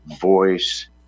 voice